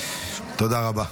תודה רבה.